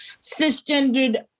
cisgendered